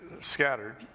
scattered